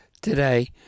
today